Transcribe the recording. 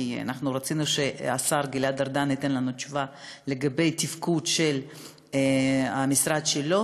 כי רצינו שהשר גלעד ארדן ייתן לנו תשובה לגבי התפקוד של המשרד שלו.